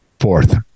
Fourth